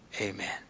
Amen